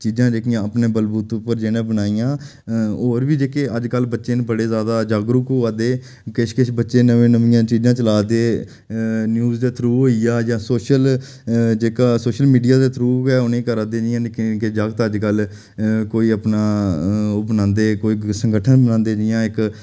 चीजां जेह्कियां अपने बलबूते उप्पर जि'नें बनाइयां होर बी जेह्के अजकल बच्चे न बड़े जैदा जागरूक होआ दे किश किश बच्चे नमियां नमियां चीजां चला दे न्यूज दे थ्रू होई गेआ जां सोशल जेह्का सोशल मीडिया दे थ्रू ऐ उ'नें ई करै दे जि'यां निक्के निक्के जागत अजकल कोई अपना ओह् बनांदे कोई संगठन बनांदे जि'यां इक